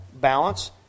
balance